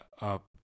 up